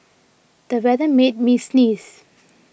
the weather made me sneeze